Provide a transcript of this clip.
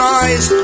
eyes